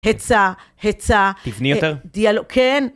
היצע, היצע. תבני יותר. דיאלו... כן.